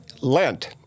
Lent